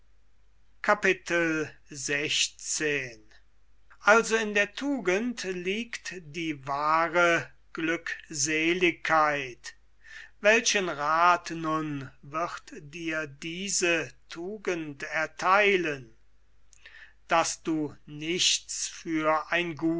x also in der tugend liegt die wahre glückseligkeit welchen rath nun wird dir diese tugend ertheilen daß du nichts für ein